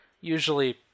Usually